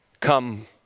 come